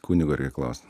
kunigo reik klaust